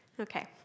Okay